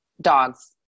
dogs